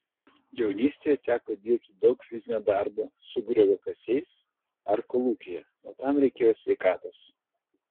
jaunystėje teko dirbti daug fizinio darbo su grioviakasiais ar kolūkyje o tam reikėjo sveikatos